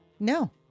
No